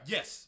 Yes